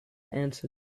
answered